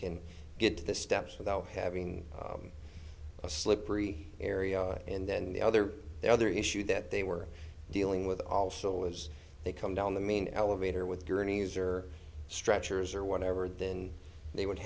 can get to the steps without having a slippery area and then the other the other issue that they were dealing with also was they come down the main elevator with gurneys or stretchers or whatever then they would